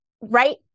Right